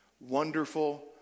Wonderful